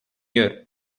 year